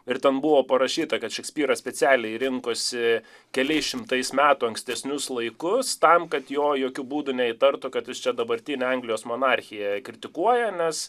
ir ten buvo parašyta kad šekspyras specialiai rinkosi keliais šimtais metų ankstesnius laikus tam kad jo jokiu būdu neįtartų kad jis čia dabartinę anglijos monarchijoje kritikuojamas